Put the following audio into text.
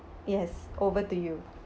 yes over to you